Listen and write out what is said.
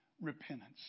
repentance